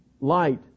light